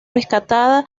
rescatada